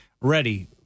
ready